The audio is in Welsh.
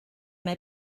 mae